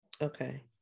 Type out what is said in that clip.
Okay